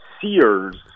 Sears